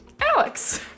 Alex